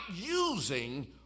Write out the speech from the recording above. using